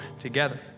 together